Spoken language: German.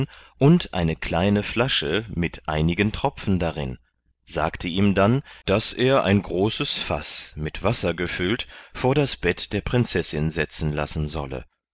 und eine kleine flasche mit einigen tropfen darin sagte ihm dann daß er ein großes faß mit wasser gefüllt vor das bett der prinzessin setzen lassen solle